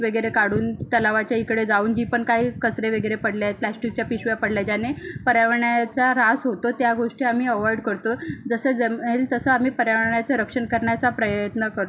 वगैरे काढून तलावाच्या इकडे जाऊन जी पण काही कचरे वगैरे पडले आहेत प्लॅस्टिकच्या पिशव्या पडल्या ज्याने पर्यावरणाचा ऱ्हास होतो त्या गोष्टी आम्ही अव्हॉइड करतो जसं जमेल तसं आम्ही पर्यावरणाचं रक्षण करण्याचा प्रयत्न करतो